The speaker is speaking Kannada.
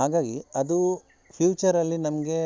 ಹಾಗಾಗಿ ಅದು ಫ್ಯೂಚರಲ್ಲಿ ನಮಗೆ